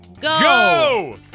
Go